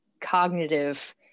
cognitive